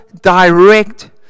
direct